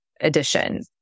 edition